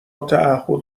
تعهد